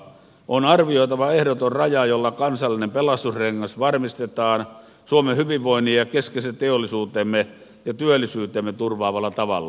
on arvioitava ehdoton raja jolla kansallinen pelastusrengas varmistetaan suomen hyvinvoinnin ja keskeisen teollisuutemme ja työllisyytemme turvaavalla tavalla